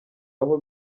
aho